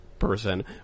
person